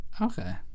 Okay